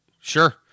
sure